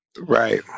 Right